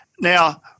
Now